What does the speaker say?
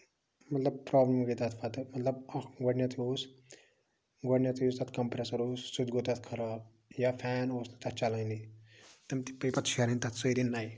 مطلب ٹریول وغیرہ مطلب اَتیتھ گۄڈٕنیتھ اوس گۄڈٕنیتھٕے یُس تَتھ کَمپریسَر اوس سُہ تہِ گوٚو تَتھ خراب یا فین اوس نہٕ تَتھ چَلٲنی تِم تِم پیٚیہِ تَتھ شیرٕنۍ سٲری نیہِ